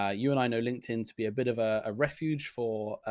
ah you and i know linkedin to be a bit of ah a refuge for,